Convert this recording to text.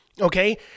Okay